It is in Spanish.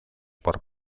por